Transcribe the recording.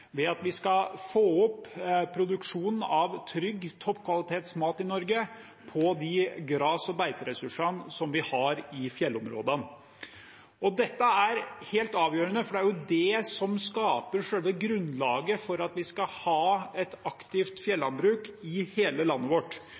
ved at vi skal få opp produksjonen av trygg toppkvalitetsmat i Norge på de gras- og beiteressursene som vi har i fjellområdene. Dette er helt avgjørende, for det er det som skaper selve grunnlaget for at vi skal ha et aktivt fjellandbruk i hele landet vårt.